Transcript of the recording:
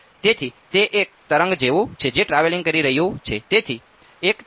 તેથી તે એક તરંગ જેવું છે જે ટ્રાવેલિંગ કરી રહ્યું છે